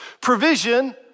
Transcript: Provision